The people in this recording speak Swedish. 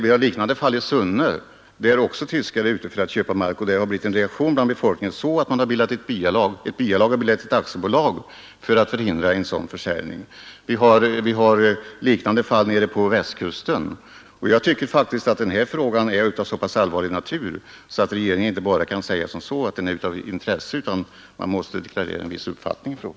Och i Sunne, där tyskar har varit ute för att köpa mark, har det blivit en reaktion bland befolkningen på så sätt att ett byalag har bildat ett aktiebolag för att förhindra en sådan försäljning. Vidare finns det liknande fall på Västkusten. Den här frågan är faktiskt av så pass allvarlig natur att regeringen inte bara kan säga att den är utan intresse, utan här måste regeringen tillkännage en uppfattning.